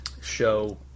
show